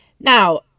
Now